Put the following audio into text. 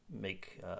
make